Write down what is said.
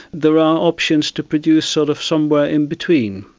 there are options to produce sort of somewhere in between.